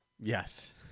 Yes